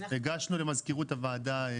למזכירות הוועדה.